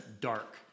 dark